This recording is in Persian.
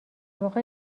واقع